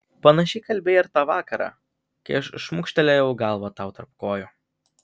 panašiai kalbėjai ir tą vakarą kai aš šmukštelėjau galvą tau tarp kojų